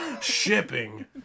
Shipping